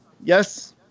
Yes